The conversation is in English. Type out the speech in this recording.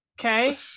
Okay